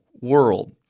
world